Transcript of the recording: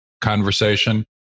conversation